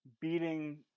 beating